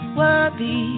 worthy